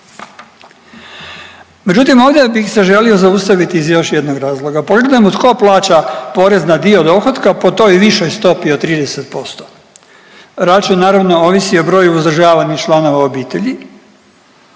Međutim, ovdje bih se želio zaustaviti iz još jednog razloga. Pogledajmo tko plaća porez na dio dohotka po toj višoj stopi od 30%. Račun naravno ovisi o broju uzdržavanih članova obitelji,